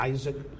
Isaac